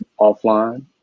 offline